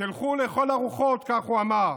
תלכו לכל הרוחות, כך הוא אמר,